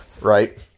right